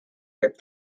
york